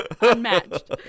unmatched